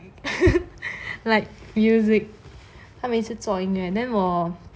like music 他每次做音乐 then 我